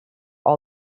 all